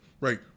right